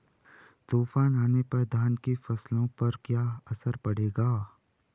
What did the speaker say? तूफान आने पर धान की फसलों पर क्या असर पड़ेगा?